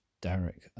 derek